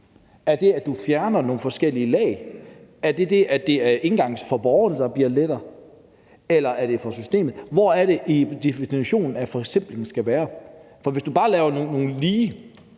Er det, at du fjerner nogle forskellige lag, er det det, at det er indgangen for borgerne, der bliver lettere, eller er det for systemets skyld, du gør det? Hvor er det i definitionen, at forsimplingen skal være? For hvis du bare laver nogle lige